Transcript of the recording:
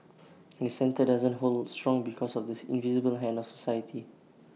and the centre doesn't hold strong because of the invisible hand of society